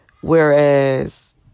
whereas